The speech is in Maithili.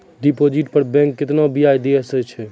डिपॉजिट पर बैंक केतना ब्याज दै छै?